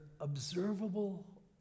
observable